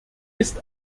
ist